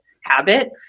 habit